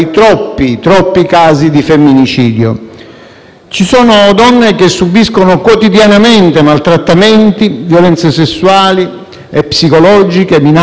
Ci sono donne che subiscono quotidianamente maltrattamenti, violenze sessuali e psicologiche, minacce e molestie e non dobbiamo dimenticare che